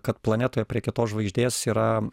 kad planetoje prie kitos žvaigždės yra